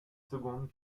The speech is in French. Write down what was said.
secondes